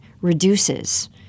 reduces